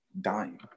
dying